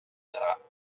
gras